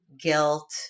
guilt